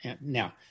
Now